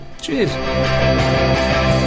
Cheers